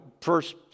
first